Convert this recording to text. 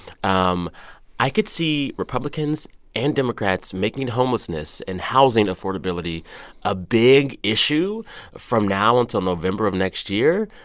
um i could see republicans and democrats making homelessness and housing affordability a big issue from now until november of next year.